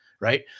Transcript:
right